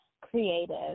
creative